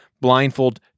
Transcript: blindfold